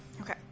Okay